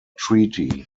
treaty